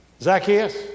Zacchaeus